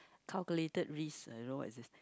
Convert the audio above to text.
calculated risk uh you know what is this